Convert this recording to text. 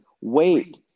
wait